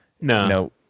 No